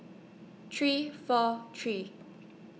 three four three